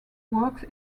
works